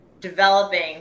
developing